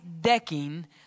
decking